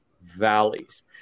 valleys